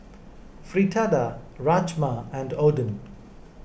Fritada Rajma and Oden